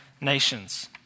nations